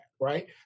right